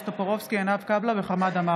תודה.